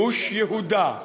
גוש יהודה,